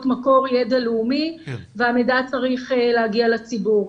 מקור ידע לאומי והמידע צריך להגיע לציבור.